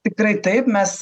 tikrai taip mes